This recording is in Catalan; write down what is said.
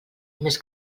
més